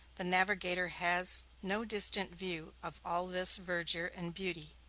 the navigator has no distant view of all this verdure and beauty.